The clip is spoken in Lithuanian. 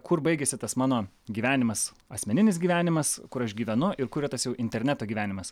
kur baigiasi tas mano gyvenimas asmeninis gyvenimas kur aš gyvenu ir kur jau tas interneto gyvenimas